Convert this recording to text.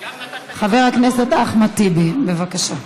חבר הכנסת אחמד טיבי, בבקשה.